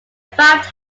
five